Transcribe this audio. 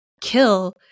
kill